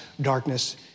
darkness